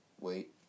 wait